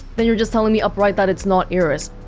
then you're just telling me upright that it's not iris?